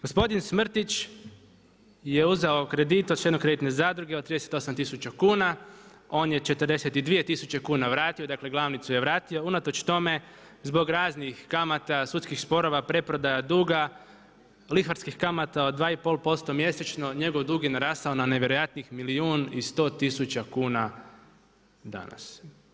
Gospodin Smrtić je uzeo kredit od Štedno kreditne zadruge od 38 tisuća kuna, on je 42 tisuće vrati dakle glavnicu je vratio, unatoč tome zbog raznih kamata, sudskih sporova, preprodaje duga, lihvarskih kamata od 2,5% mjesečno, njegov dug je narastao na nevjerojatnih milijun i 100 tisuća kuna danas.